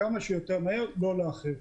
כמה שיותר מהר ולא לאחר.